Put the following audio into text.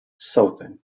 southern